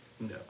No